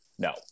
No